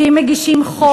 שאם מגישים חוק,